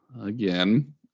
again